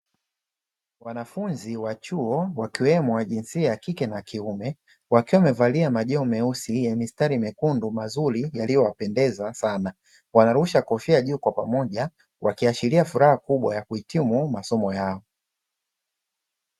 Wanafunzi wa chuo wakiwemo wa jinsia ya kike na kiume wakiwa, wamevalia majoho meusi yenye mistari mekundu mazuri yaliyowapendeza sana, wanarusha kofia juu kwa pamoja wakiashiria furaha kubwa ya kuhitimu masomo yao.